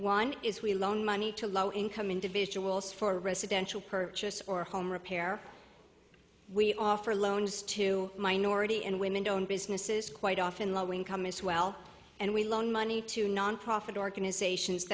one is we loan money to low income individuals for residential purchase or home repair we offer loans to minority and women don't businesses quite often low income as well and we loan money to nonprofit organizations